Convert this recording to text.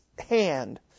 hand